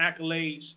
accolades